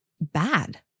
bad